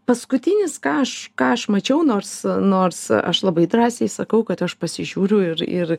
paskutinis ką aš ką aš mačiau nors nors aš labai drąsiai sakau kad aš pasižiūriu ir ir